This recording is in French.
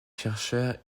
chercheurs